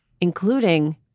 including